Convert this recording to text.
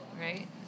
right